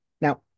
Now